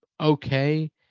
okay